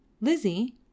Lizzie